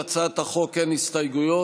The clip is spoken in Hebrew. להצעת החוק אין הסתייגויות,